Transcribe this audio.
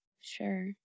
Sure